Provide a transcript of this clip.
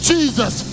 Jesus